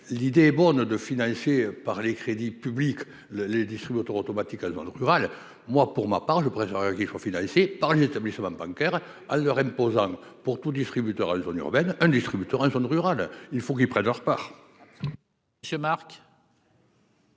l'idée est bonne de financées par les crédits publics le les distributeurs automatiques le rural, moi pour ma part, je préférerai qu'il faut financer par les établissements bancaires à leur imposant pour tout distributeur à une zone urbaine, un distributeur jaune rural, il faut qu'ils prennent leur part. Ce Marc.